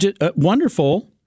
wonderful